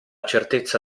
certezza